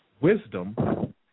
wisdom